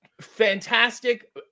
Fantastic